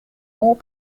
more